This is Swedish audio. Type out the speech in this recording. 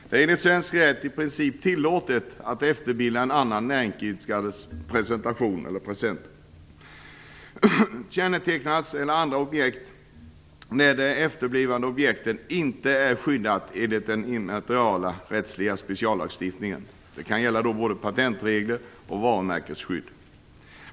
Det är enligt svensk rätt i princip tillåtet att efterbilda en annan näringsidkares prestationer, kännetecken eller andra objekt när det efterbildade objektet inte är skyddat enligt den immaterialrättsliga speciallagstiftningen. Det kan gälla både patentregler och varumärkesskydd.